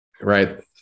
right